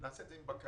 נעשה את זה עם בקרה,